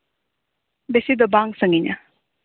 ᱵᱮᱥᱤ ᱫᱚ ᱵᱟᱝ ᱥᱟᱺᱜᱤᱧᱟ